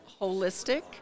Holistic